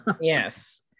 Yes